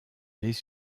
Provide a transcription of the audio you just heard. nés